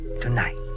tonight